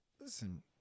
Listen